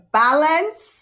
balance